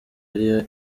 ariyo